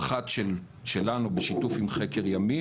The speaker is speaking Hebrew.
האחת שלנו בשיתוף עם חקר ימים,